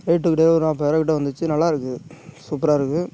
rate கிட்டத்தட்ட ஒரு நாற்பதாயிரோம் கிட்ட வந்துச்சு நல்லாருக்கு சூப்பராக இருக்கு